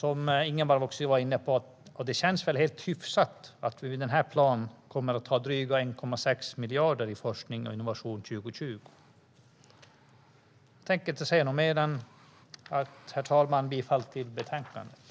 Som Ingemar också var inne på känns det rätt hyfsat att vi med denna plan kommer att ha dryga 1,6 miljarder för forskning och innovation 2020. Herr talman! Jag yrkar bifall till förslaget till beslut.